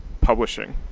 publishing